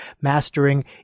Mastering